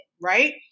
Right